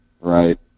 right